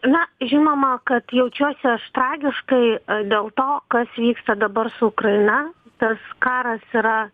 na žinoma kad jaučiuosi aš tragiškai dėl to kas vyksta dabar su ukraina tas karas yra